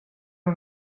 era